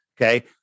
Okay